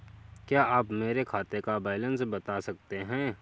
क्या आप मेरे खाते का बैलेंस बता सकते हैं?